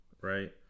right